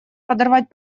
подорвать